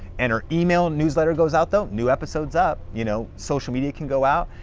and her email newsletter goes out, though, new episode's up, you know social media can go out.